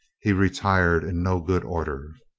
he retired in no good order.